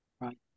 Right